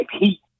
heat